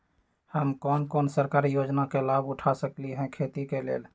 हम कोन कोन सरकारी योजना के लाभ उठा सकली ह खेती के लेल?